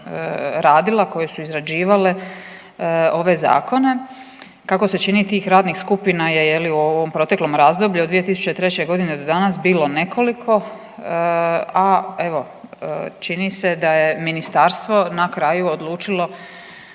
radila, koje su izrađivale ove zakone. Kako se čini tih radnih skupina je je li u ovom proteklom razdoblju od 2003. godine do danas bilo nekoliko, a evo čini se da je ministarstvo na kraju odlučilo